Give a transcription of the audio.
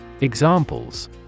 Examples